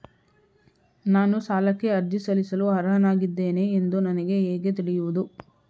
ನಾನು ಸಾಲಕ್ಕೆ ಅರ್ಜಿ ಸಲ್ಲಿಸಲು ಅರ್ಹನಾಗಿದ್ದೇನೆ ಎಂದು ನನಗೆ ಹೇಗೆ ತಿಳಿಯುವುದು?